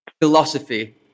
philosophy